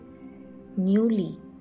newly